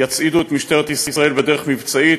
יצעידו את משטרת ישראל בדרך מבצעית,